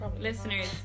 listeners